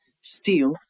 steel